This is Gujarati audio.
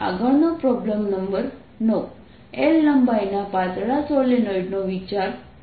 આગળ પ્રોબ્લેમ નંબર 9 L લંબાઈના પાતળા સોલેનોઇડ નો વિચાર કરો